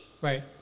right